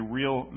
real